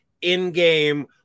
in-game